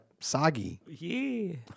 soggy